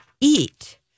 eat